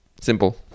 simple